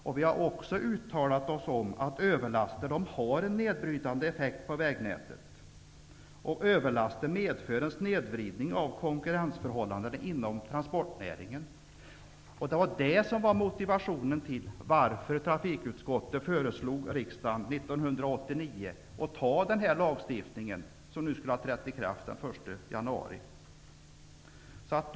Vi har också uttalat oss om att överlaster har en nedbrytande effekt på vägnätet. Överlaster medför en snedvridning av konkurrensförhållandena inom transportnäringen. Det var detta som var motiveringen till varför trafikutskottet år 1989 föreslog att riksdagen skulle anta den lagstiftning som nu skulle har trätt i kraft den 1 januari 1993.